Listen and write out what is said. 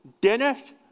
Dennis